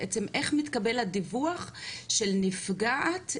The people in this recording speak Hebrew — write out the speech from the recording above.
בעצם איך מתקבל הדיווח של נפגעת,